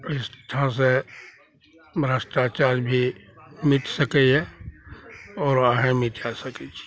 इस ठाँसँ भ्रष्टाचार जे मिट सकइए आओर अहीँ मिटा सकय छी